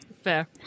Fair